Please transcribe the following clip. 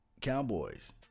Cowboys